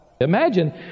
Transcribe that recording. Imagine